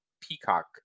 Peacock